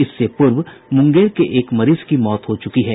इससे पूर्व मुंगेर के एक मरीज की मौत हो चुकी है